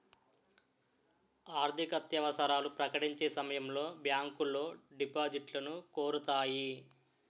ఆర్థికత్యవసరాలు ప్రకటించే సమయంలో బ్యాంకులో డిపాజిట్లను కోరుతాయి